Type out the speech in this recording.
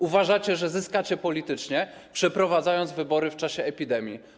Uważacie, że zyskacie politycznie, przeprowadzając wybory w czasie epidemii.